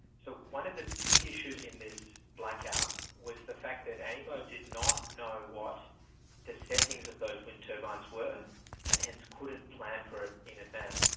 so one of the big issues in this blackout was the fact aemo did not know what the settings of those wind turbines were and hence couldn't plan for it in advance.